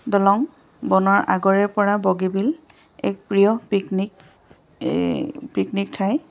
দলং বনৰ আগৰে পৰা বগীবিল এক প্ৰিয় পিকনিক পিকনিক ঠাই